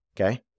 Okay